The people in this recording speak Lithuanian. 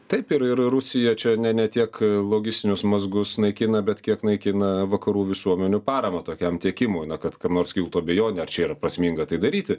taip ir ir rusija čia ne ne tiek logistinius mazgus naikina bet kiek naikina vakarų visuomenių paramą tokiam tiekimui kad kam nors kiltų abejonė ar čia yra prasminga tai daryti